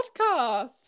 podcast